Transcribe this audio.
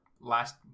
last